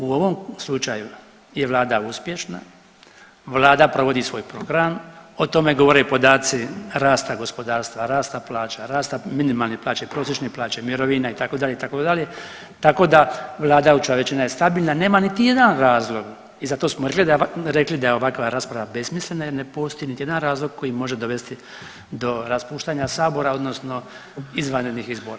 U ovom slučaju je vlada uspješna, vlada provodi svoj program, o tome govore podaci rasta gospodarstva, rasta plaća, rasta minimalne plaće, prosječne plaće, mirovina itd., itd. tako da vladajuća većina je stabilna, nema niti jedan razlog i zato smo rekli da je ovakva rasprava besmislena jer ne postoji niti jedan razlog koji može dovesti do raspuštanja sabora odnosno izvanrednih izbora.